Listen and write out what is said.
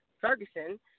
Ferguson